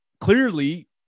clearly